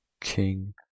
king